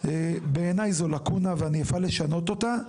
בעיניי זו לקונה ואני אפעל לשנות אותה.